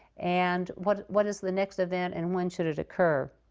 and what what is the next event, and when should it occur?